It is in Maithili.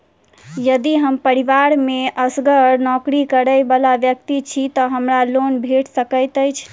यदि हम परिवार मे असगर नौकरी करै वला व्यक्ति छी तऽ हमरा लोन भेट सकैत अछि?